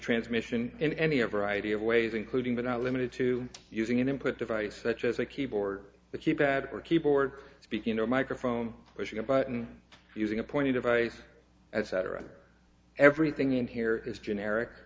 transmission in any a variety of ways including but not limited to using an input device such as a keyboard the keypad or keyboard speaking or microphone pushing a button using a pointing device that cetera everything in here is generic